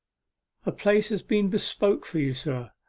a place has been bespoke for you, sir,